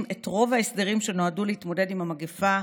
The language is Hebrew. את רוב ההסדרים שנועדו להתמודד עם המגפה.